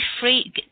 free